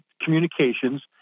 communications